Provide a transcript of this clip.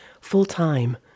full-time